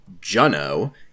Juno